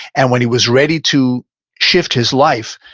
and when he was ready to shift his life,